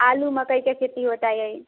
आलू मकई की खेती होती है यहीं